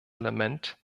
element